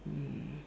mm